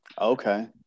Okay